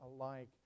alike